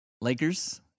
Lakers